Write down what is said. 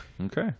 Okay